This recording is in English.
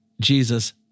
Jesus